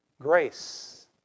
grace